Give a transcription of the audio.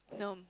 no